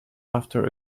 after